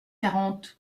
quarante